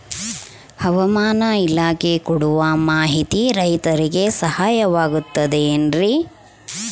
ಹವಮಾನ ಇಲಾಖೆ ಕೊಡುವ ಮಾಹಿತಿ ರೈತರಿಗೆ ಸಹಾಯವಾಗುತ್ತದೆ ಏನ್ರಿ?